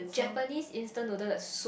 Japanese instant noodle the soup